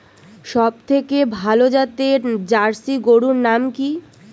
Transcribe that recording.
সবথেকে ভালো জাতের জার্সি গরুর নাম কি?